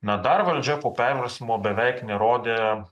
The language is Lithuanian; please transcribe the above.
na dar valdžia po perversmo beveik nerodė